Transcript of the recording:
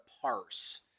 parse